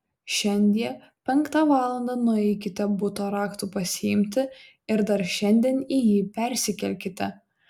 šiandie penktą valandą nueikite buto raktų pasiimti ir dar šiandien į jį persikelkite